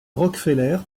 rockefeller